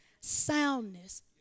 soundness